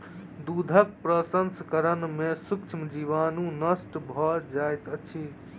दूधक प्रसंस्करण में सूक्ष्म जीवाणु नष्ट भ जाइत अछि